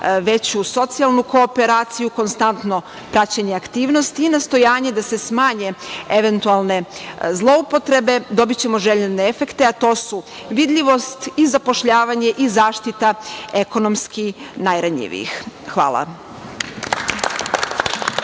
veću socijalnu kooperaciju konstantno praćenje aktivnosti i nastojanje da se smanje eventualne zloupotrebe, dobićemo željene efekte, a to su vidljivost i zapošljavanje i zaštita ekonomski najranjivijih. Hvala.